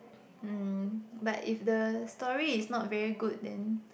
mm but if the story is not very good then